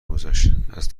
میگذشت، از